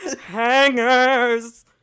hangers